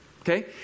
okay